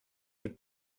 mit